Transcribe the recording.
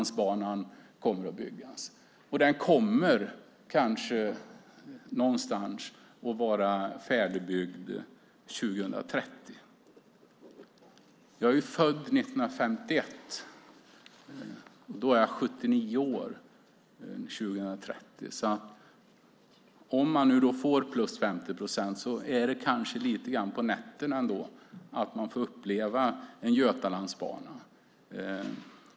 Den kommer att vara färdigbyggd runt 2030. Jag är född 1951. År 2030 är jag 79 år. Får man +50 procent är det lite grann på nätten att jag får uppleva Götalandsbanan.